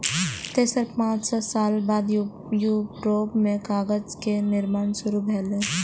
तेकर पांच सय साल बाद यूरोप मे कागज के निर्माण शुरू भेलै